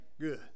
good